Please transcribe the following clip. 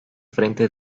frente